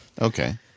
Okay